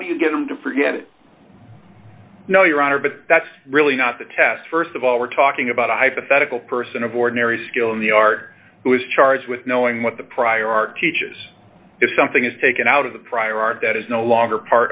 do you get them to forget it no your honor but that's really not the test st of all we're talking about a hypothetical person of ordinary skill in the art who is charged with knowing what the prior art teaches if something is taken out of the prior art that is no longer part